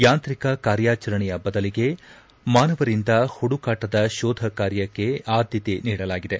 ಯಾಂತ್ರಿಕ ಕಾರ್ಯಾಚರಣೆಯ ಬದಲಿಗೆ ಮಾನವರಿಂದ ಹುಡುಕಾಟದ ಶೋಧ ಕಾರ್ಯಕ್ಕೆ ಆದ್ಯತೆ ನೀಡಲಾಗಿದೆ